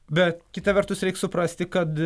bet kita vertus reik suprasti kad